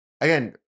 again